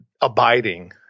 abiding